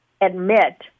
admit